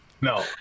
No